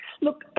Look